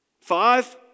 five